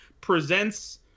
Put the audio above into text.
presents